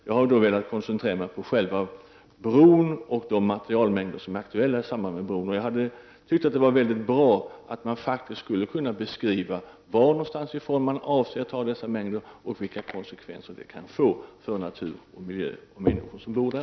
Jag har velat koncentrera mig på själva bron och de materialmängder som är aktuella i samband med bron. Jag tycker att det hade varit mycket bra om man faktiskt hade kunnat beskriva varifrån man avser att ta dessa mängder grus och sand och vilka konsekvenser det kan få för natur, miljö och människor som bor där.